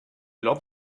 lot